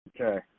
Okay